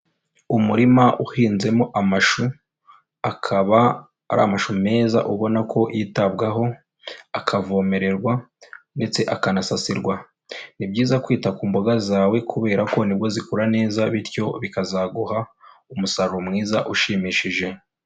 Umurima uhinzemo amashu akaba ari amashu meza ubona ko yitabwaho akavomererwa ndetse akanasasirwa, ni byiza kwita ku mboga zawe kubera ko ni bwo zikura neza bityo bikazaguha umusaruro mwiza ushimishije.